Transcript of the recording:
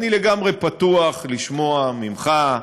אני לגמרי פתוח לשמוע ממך,